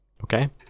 Okay